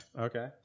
Okay